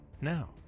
Now